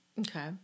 Okay